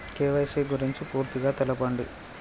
KYC గురించి పూర్తిగా తెలపండి?